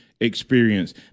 experience